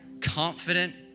Confident